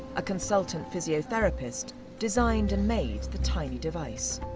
a consultant physiothereapist, designed and made the tiny device.